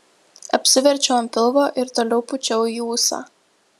apsiverčiau ant pilvo ir toliau pūčiau į ūsą